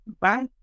Bye